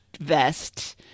vest